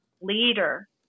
leader